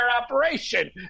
operation